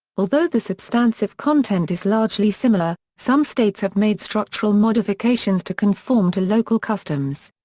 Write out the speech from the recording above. although the substantive content is largely similar, some states have made structural modifications to conform to local customs.